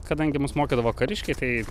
kadangi mus mokydavo kariškiai tai